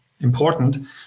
important